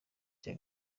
cya